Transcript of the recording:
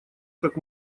как